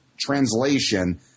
translation